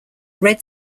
red